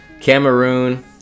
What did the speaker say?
Cameroon